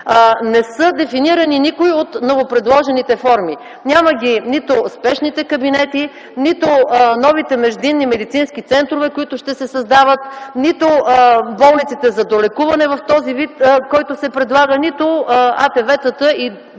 не са дефинирани никои от новопредложените форми. Няма ги нито спешните кабинети, нито новите междинни медицински центрове, които ще се създават, нито болниците за долекуване в този вид, който се предлага, нито АТВ-тата и